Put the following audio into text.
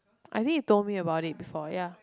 I think you told me about it before ya